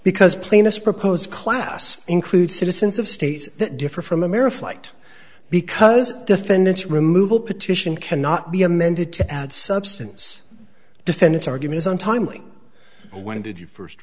because plainness proposed class include citizens of states that differ from america flight because defendants removal petition cannot be amended to add substance defend its arguments on timely when did you first